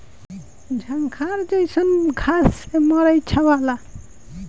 झंखार जईसन घास से मड़ई छावला